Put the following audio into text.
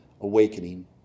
awakening